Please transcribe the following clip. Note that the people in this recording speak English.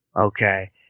okay